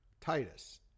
Titus